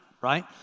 right